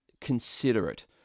considerate